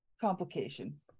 Complication